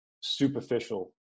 superficial